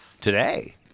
today